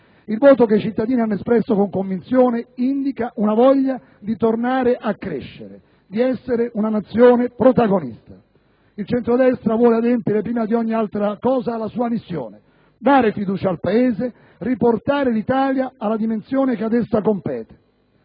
Il voto che i cittadini hanno espresso con convinzione indica una voglia di tornare a crescere, di essere una Nazione protagonista. Il centrodestra vuole adempiere prima di ogni altra cosa alla sua missione: dare fiducia al Paese, riportare l'Italia alla dimensione che ad essa compete.